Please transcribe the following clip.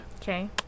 Okay